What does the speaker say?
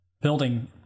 building